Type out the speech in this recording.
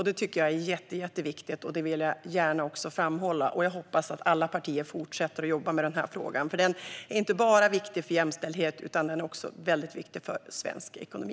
Det tycker jag är jätteviktigt, och jag vill gärna framhålla detta. Jag hoppas att alla partier fortsätter att jobba med denna fråga. Den är inte bara viktig för jämställdhet, utan den är också väldigt viktig för svensk ekonomi.